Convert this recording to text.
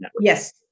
Yes